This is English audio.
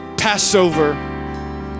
Passover